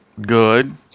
Good